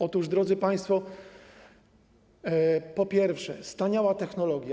Otóż, drodzy państwo, po pierwsze, staniała technologia.